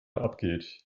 abgeht